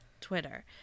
Twitter